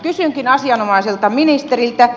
kysynkin asianomaiselta ministeriltä